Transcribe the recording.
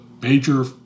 major